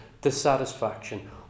dissatisfaction